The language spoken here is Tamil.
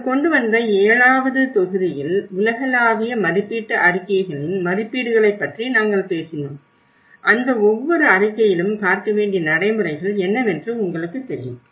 நாங்கள் கொண்டு வந்த ஏழாவது தொகுதியில் உலகளாவிய மதிப்பீட்டு அறிக்கைகளின் மதிப்பீடுகளைப் பற்றி நாங்கள் பேசினோம் அந்த ஒவ்வொரு அறிக்கையிலும் பார்க்க வேண்டிய நடைமுறைகள் என்னவென்று உங்களுக்குத் தெரியும்